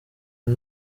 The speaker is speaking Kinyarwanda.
uyu